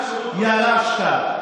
וגם ירשת.